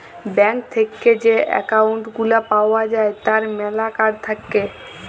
bank থেক্যে যে account গুলা পাওয়া যায় তার ম্যালা কার্ড থাক্যে